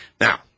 Now